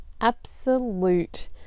absolute